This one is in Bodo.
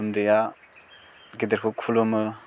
उन्दैआ गेदेरखौ खुलुमो